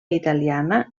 italiana